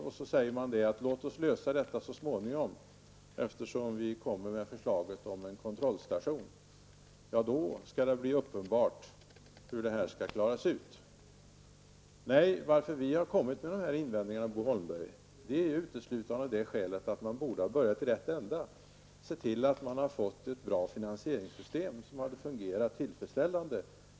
Men man säger bara: Låt oss lösa detta så småningom, eftersom vi kommer att föreslå en kontrollstation, och då blir det uppenbart hur detta skall klaras ut. Vi har kommit med våra invändningar uteslutande av det skälet att man borde ha börjat i rätt ände och sett till att man hade fått ett bra finansieringssystem, som kunnat fungera tillfredsställande.